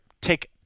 take